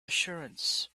assurance